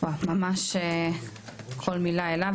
ממש כל מילה אלה,